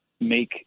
make